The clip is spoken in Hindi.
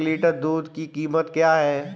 एक लीटर दूध की कीमत क्या है?